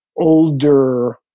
older